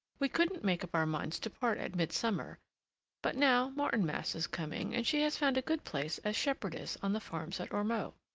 we couldn't make up our minds to part at midsummer but now martinmas is coming, and she has found a good place as shepherdess on the farms at ormeaux.